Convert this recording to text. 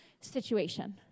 situation